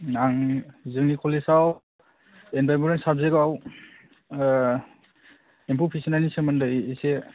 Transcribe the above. आं जोंनि कलेज आव इनभाइर'नमेन्ट नि साबजेक्ट आव एम्फौ फिसिनायनि सोमोन्दै इसे